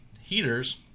heaters